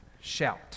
shout